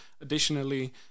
Additionally